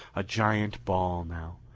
a giant ball now,